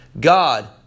God